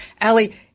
Allie